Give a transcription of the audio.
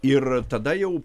ir tada jau